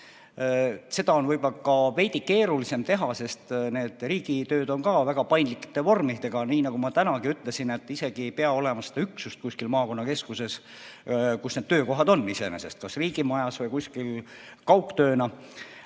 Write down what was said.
Seda on ka võib-olla veidi keerulisem teha, sest nende riigitööde puhul on tegu väga paindlike vormidega. Nagu ma tänagi ütlesin, isegi ei pea olema seda üksust kuskil maakonnakeskuses, kus need töökohad on, kas riigimajas või kusagil kaugtööna.